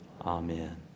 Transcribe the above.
Amen